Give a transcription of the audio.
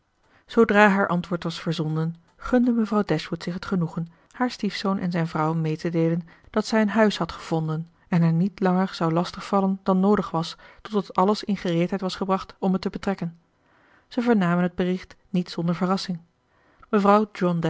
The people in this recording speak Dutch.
zoodra haar antwoord was verzonden gunde mevrouw dashwood zich het genoegen haar stiefzoon en zijn vrouw mee te deelen dat zij een huis had gevonden en hen niet langer zou lastig vallen dan noodig was totdat alles in gereedheid was gebracht om het te betrekken zij vernamen het bericht niet zonder verrassing mevrouw